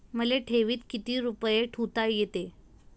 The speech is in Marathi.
मले ठेवीत किती रुपये ठुता येते?